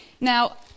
now